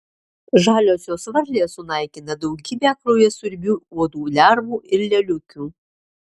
žaliosios varlės sunaikina daugybę kraujasiurbių uodų lervų ir lėliukių